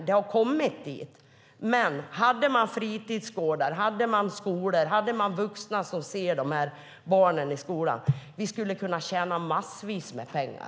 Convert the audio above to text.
Det har kommit dit, men om man hade fritidsgårdar och vuxna som såg de här barnen i skolan skulle vi kunna tjäna massvis med pengar.